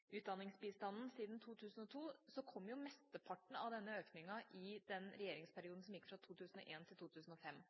utdanningsbistanden siden 2002, kommer jo mesteparten av denne økningen i regjeringsperioden fra 2001 til 2005.